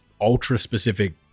ultra-specific